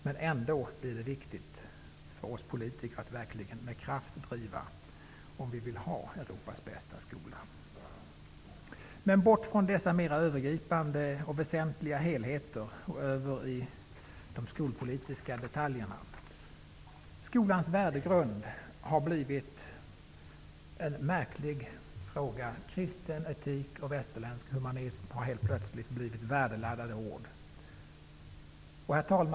Det är viktigt för oss politiker att verkligen med kraft driva frågan, om vi vill ha Europas bästa skola. Från dessa mer övergripande och väsentliga helheter vill jag nu gå över till de skolpolitiska detaljerna. Skolans värdegrund har blivit en märklig fråga. Kristen etik och västerländsk humanism har helt plötsligt blivit värdeladdade ord. Herr talman!